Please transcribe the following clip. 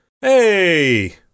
Hey